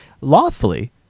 lawfully